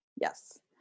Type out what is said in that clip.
Yes